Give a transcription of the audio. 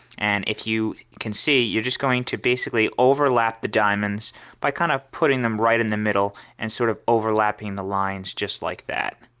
and if you can see, you're just going to basically overlap the diamonds by kind of putting them right in the middle and sort of overlapping the lines just like that.